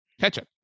ketchup